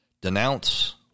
denounce